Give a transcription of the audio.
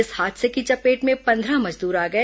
इस हादसे की चपेट में पन्द्रह मजदूर आ गए